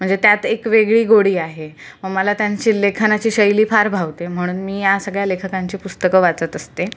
म्हणजे त्यात एक वेगळी गोडी आहे मला त्यांची लेखनाची शैली फार भावते म्हणून मी या सगळ्या लेखकांची पुस्तकं वाचत असते